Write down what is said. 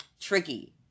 Tricky